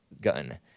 gun